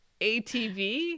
ATV